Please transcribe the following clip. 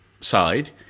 side